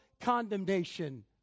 condemnation